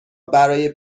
برای